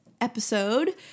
episode